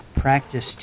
practice